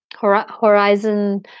horizon